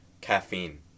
caffeine